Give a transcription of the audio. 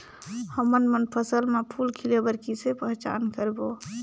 हमन मन फसल म फूल खिले बर किसे पहचान करबो?